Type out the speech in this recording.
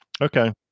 Okay